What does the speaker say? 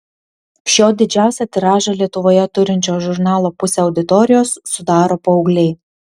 šio didžiausią tiražą lietuvoje turinčio žurnalo pusę auditorijos sudaro paaugliai